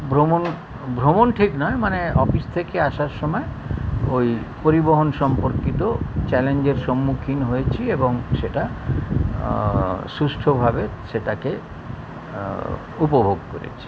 ভ্রমণ ভ্রমণ ঠিক নয় মানে অফিস থেকে আসার সময় ওই পরিবহন সম্পর্কিত চ্যালেঞ্জের সম্মুখীন হয়েছি এবং সেটা সুস্থভাবে সেটাকে উপভোগ করেছি